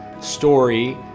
story